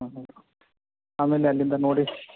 ಹ್ಞೂ ಹೌದು ಆಮೇಲೆ ಅಲ್ಲಿಂದ ನೋಡಿ